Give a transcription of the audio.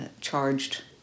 charged